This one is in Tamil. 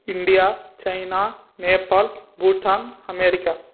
India China Nepal Bhutan America